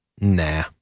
Nah